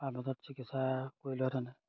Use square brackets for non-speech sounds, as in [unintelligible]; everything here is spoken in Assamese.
[unintelligible] চিকিৎসা কৰি লোৱা [unintelligible]